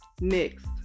next